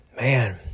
Man